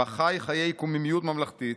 בה חי חיי קוממיות ממלכתית,